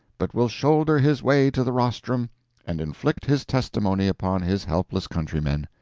but will shoulder his way to the rostrum and inflict his testimony upon his helpless countrymen.